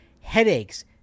headaches